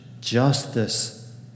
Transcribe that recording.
justice